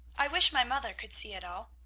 i wish my mother could see it all!